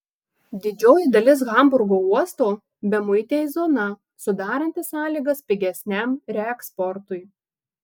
didžioji dalis hamburgo uosto bemuitė zona sudaranti sąlygas pigesniam reeksportui